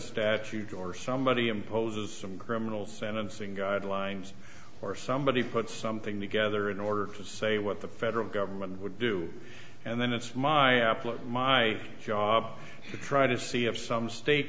statute or somebody imposes some criminal sentencing guidelines or somebody put something together in order to say what the federal government would do and then it's my my job to try to see of some state